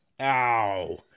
Ow